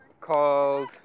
called